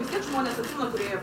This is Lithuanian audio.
vis tiek žmonės atsimena kur ėjo